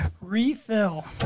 Refill